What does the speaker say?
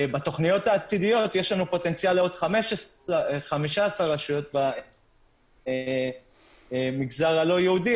בתכניות העתידיות יש פוטנציאל לעוד 15 רשויות במגזר הלא יהודי.